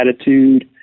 attitude